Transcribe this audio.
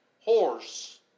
horse